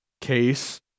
case